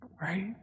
Right